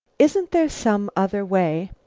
isn't there some other way?